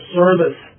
service